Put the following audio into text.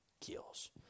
kills